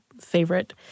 favorite